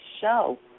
show